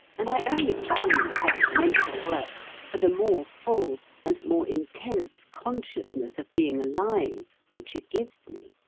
and i only value such mental work for the more full and more intense consciousness of being alive which it gives me.